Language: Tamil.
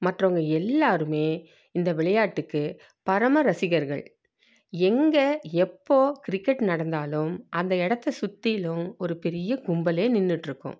மற்றவங்க எல்லோருமே இந்த விளையாட்டுக்கு பரம ரசிகர்கள் எங்கே எப்போ கிரிக்கெட் நடந்தாலும் அந்த இடத்த சுற்றிலும் ஒரு பெரிய கும்பலே நின்றுட்ருக்கும்